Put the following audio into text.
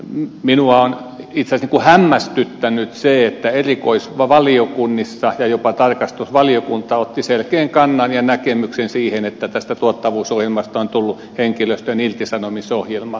minua on itse asiassa hämmästyttänyt se että erikoisvaliokunnissa ja jopa tarkastusvaliokunnassa otettiin selkeä kanta ja näkemys siitä että tästä tuottavuusohjelmasta on tullut henkilöstön irtisanomisohjelma